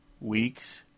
weeks